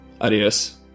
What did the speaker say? Adios